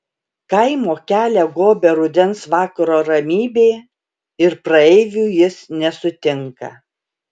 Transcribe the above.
kaimo kelią gobia rudens vakaro ramybė ir praeivių jis nesutinka